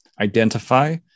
identify